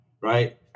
Right